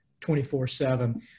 24-7